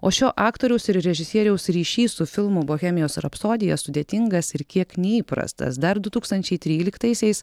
o šio aktoriaus ir režisieriaus ryšys su filmu bohemijos rapsodija sudėtingas ir kiek neįprastas dar du tūkstančiai tryliktaisiais